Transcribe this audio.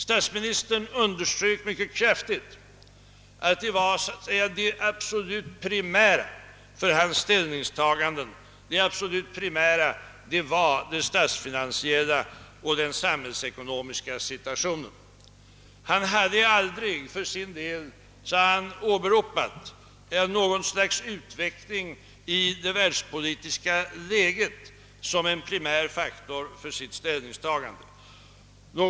Statsministern underströk kraftigt att det absolut primära för hans ställningstaganden var de statsfinansiella aspekterna och den samhällsekonomiska situationen. Han hade för sin del aldrig, sade han, åberopat någon svängning i det världspolitiska läget som en primär faktor för sitt ställningstagande.